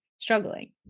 Struggling